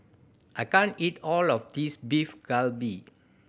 I can't eat all of this Beef Galbi